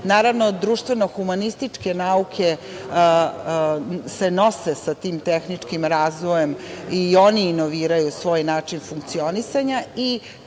Naravno, društveno-humanističke nauke se nose sa tim tehničkim razvojem i oni inoviraju svoj način funkcionisanja.